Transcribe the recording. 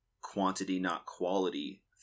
quantity-not-quality